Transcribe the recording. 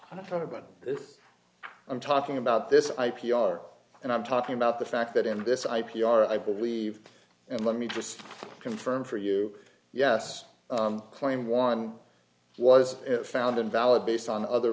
i thought about this i'm talking about this i p r and i'm talking about the fact that in this i p r i believe and let me just confirm for you yes claim one was found invalid based on other